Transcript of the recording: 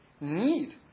need